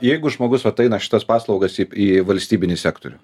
jeigu žmogus vat eina šitas paslaugas į į valstybinį sektorių